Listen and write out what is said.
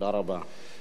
תודה רבה.